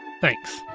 Thanks